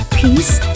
peace